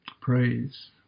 Praise